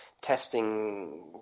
testing